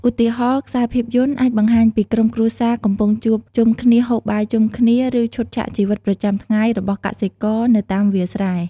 ឧទាហរណ៍ ខ្សែភាពយន្តអាចបង្ហាញពីក្រុមគ្រួសារកំពុងជួបជុំគ្នាហូបបាយជុំគ្នា ឬឈុតឆាកជីវិតប្រចាំថ្ងៃរបស់កសិករនៅតាមវាលស្រែ ។